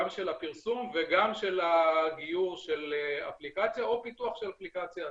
של הפרסום וגם של הגיור של אפליקציה או של הפיתוח של אפליקציה עצמאית.